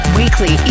weekly